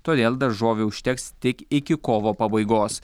todėl daržovių užteks tik iki kovo pabaigos